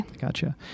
gotcha